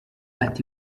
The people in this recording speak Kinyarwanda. ati